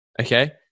okay